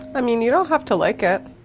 i mean, you don't have to like it.